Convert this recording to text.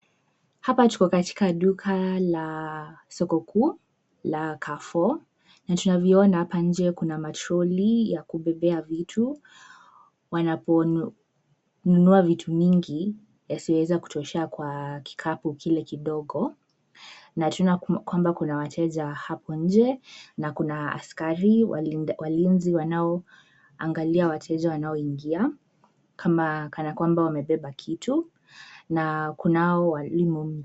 Hapa tuko katika duka la soko kuu la Carrefour na tunavyoona hapa nje kuna matroli ya kubebea vitu wanaponunua vitu mingi yasiyoweza kutoshea kwa kikapu kile kidogo na tunaona kwamba kuna wateja hapo nje na kuna askari walinzi wanaoangalia wateja wanaoingia kama kana kwamba wamebeba kitu na kunao walimo ndani.